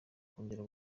kongera